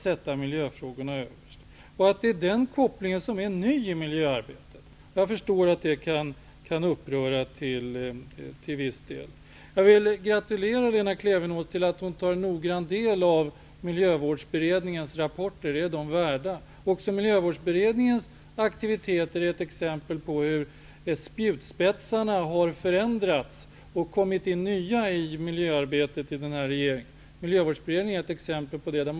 Det är denna koppling som är ny i miljöarbetet. Jag förstår att detta till viss del kan uppröra. Jag vill gratulera Lena Klevenås till att hon har tagit noggrann del av Miljövårdsberedningens rapporter. Det är de värda. Även Miljövårdsberedningens aktiviteter är exempel på hur spjutspetsarna i miljöarbetet har förändrats och förnyats i denna regering. Miljövårdsberedningen är ett exempel på detta.